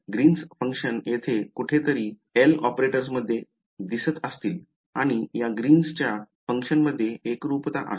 Green's function येथे कुठेतरी L ऑपरेटरमध्ये दिसत असतील आणि या ग्रीनच्या फंक्शन्समध्ये एकरूपता आहे